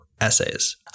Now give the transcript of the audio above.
essays